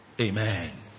Amen